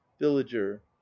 villager